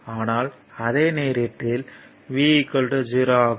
ஆனால் அதே நேரத்தில் V 0 ஆகும்